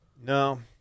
No